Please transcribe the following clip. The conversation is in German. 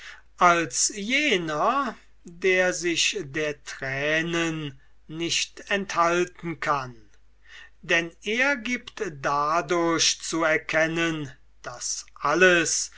als jener der sich der tränen nicht enthalten kann denn er gibt dadurch zu erkennen daß alles